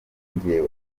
njye